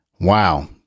wow